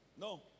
No